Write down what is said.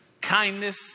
kindness